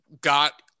got